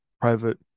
private